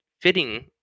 fitting